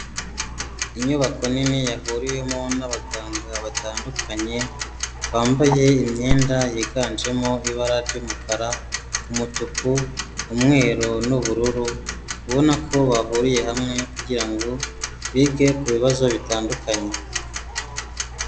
Inyubako nini yahuriwemo n'abaganga batandukanye bambaye imyenda yiganjemo ibara ry'umukara, umutuku, umweru n'ubururu, ubona ko bahuriye hamwe kugirango bige ku kubazo bitandukanye.